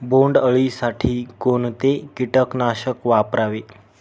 बोंडअळी साठी कोणते किटकनाशक वापरावे?